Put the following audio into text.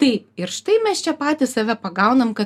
taip ir štai mes čia patys save pagaunam kad